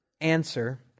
answer